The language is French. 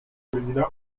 les